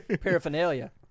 paraphernalia